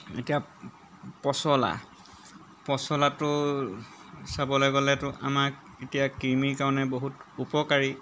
এতিয়া পচলা পচলাটো চাবলৈ গ'লেতো আমাক এতিয়া ক্ৰিমিৰ কাৰণে বহুত উপকাৰী